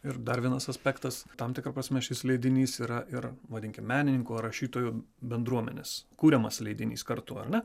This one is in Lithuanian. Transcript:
ir dar vienas aspektas tam tikra prasme šis leidinys yra ir vadinkim menininkų ar rašytojų bendruomenės kuriamas leidinys kartu ar ne